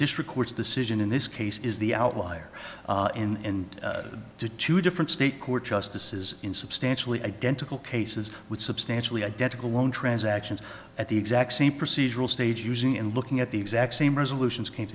district court's decision in this case is the outlier in to two different state court justices in substantially identical cases with substantially identical loan transactions at the exact same procedural stage using and looking at the exact same resolutions came